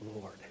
Lord